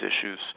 issues